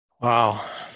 Wow